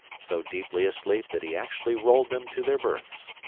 so deeply asleep that he actually rolled them to their berths.